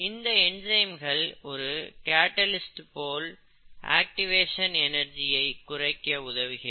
இந்த என்சைம்கள் ஒரு கேட்டலிஸ்ட் போல் ஆக்டிவேஷன் எனர்ஜியை குறைக்க உதவுகிறது